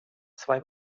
zwei